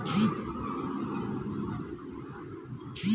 দুনিয়ায় অনেক জালিয়াতি ধরা পরেছে কে.ওয়াই.সি কতোটা ভরসা যোগ্য?